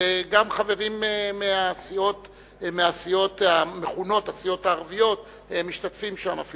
וגם חברים מהסיעות המכונות הסיעות הערביות משתתפים שם.